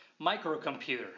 microcomputer